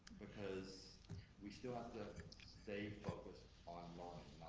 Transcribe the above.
because we still have to stay focused on learning,